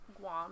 Guam